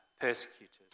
persecutors